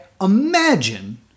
Imagine